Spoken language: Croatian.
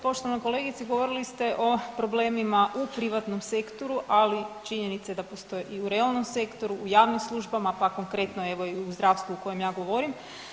Poštovana kolegice govorili ste o problemima u privatnom sektoru, ali činjenica je da postoje i u realnom sektoru, u javnim službama pa konkretno evo i u zdravstvu o kojem ja govorim.